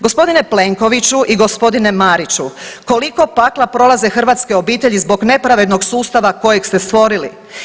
Gospodine Plenkoviću i gospodine Mariću koliko pakla prolaze hrvatske obitelji zbog nepravednog sustava kojeg ste stvorili?